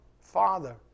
Father